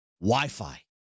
Wi-Fi